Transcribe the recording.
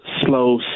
slow